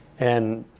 and